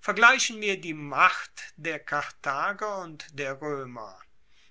vergleichen wir die macht der karthager und der roemer